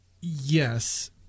Yes